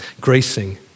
gracing